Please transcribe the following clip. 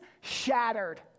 shattered